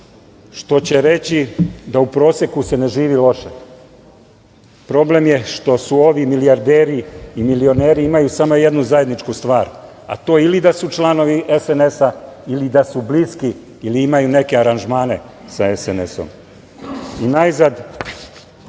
što će reći da u proseku se ne živi loše. Problem je što ovi milijarderi i milioneri imaju samo jednu zajedničku stvar, a to je ili da su članovi SNS-a ili da su bliski ili imaju neke aranžmane sa SNS-om. Najzad,